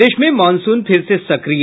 प्रदेश में मॉनसून फिर से सक्रिय